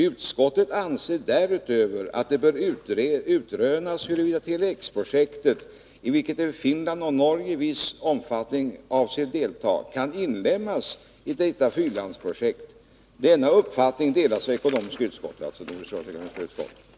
Utskottet anser därutöver att det bör utrönas huruvida Tele-X-projektet — i vilket även Finland och Norge i viss omfattning avser att delta — kan inlemmas i detta fyrlandsprojekt. Denna uppfattning delas av ekonomiska utskottet.” — Det är alltså Nordiska rådets ekonomiska utskott som avses.